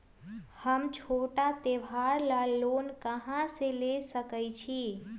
हम छोटा त्योहार ला लोन कहां से ले सकई छी?